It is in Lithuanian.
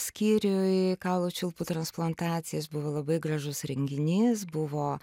skyriuj kaulų čiulpų transplantacijos buvo labai gražus renginys buvo